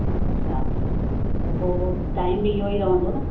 अच्छा त पोइ टाइम बि इहो ई रहंदो न